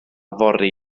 fory